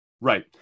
Right